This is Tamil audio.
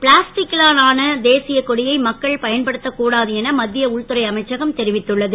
பிளாஸ்டிக்கிலான தேசியகொடியை மக்கள் பயன்படுத்தக் கூடாது என மத்திய உள்துறை அமைச்சகம் தெரிவித்துள்ளது